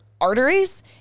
arteries